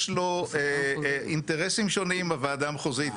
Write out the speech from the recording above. יש לו אינטרסים שונים בוועדה המחוזית.